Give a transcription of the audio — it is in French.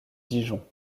dijon